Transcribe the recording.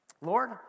Lord